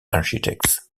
architects